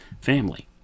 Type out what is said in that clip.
family